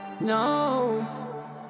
no